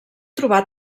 trobar